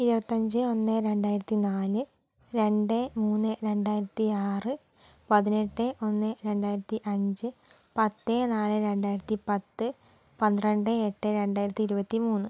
ഇരുപത്തഞ്ച് ഒന്ന് രണ്ടായിരത്തി നാല് രണ്ട് മൂന്ന് രണ്ടായിരത്തി ആറ് പതിനെട്ട് ഒന്ന് രണ്ടായിരത്തി അഞ്ച് പത്ത് നാല് രണ്ടായിരത്തി പത്ത് പന്ത്രണ്ട് എട്ട് രണ്ടായിരത്തി ഇരുപത്തി മൂന്ന്